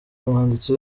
umwanditsi